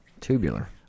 Tubular